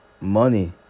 money